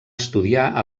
estudiar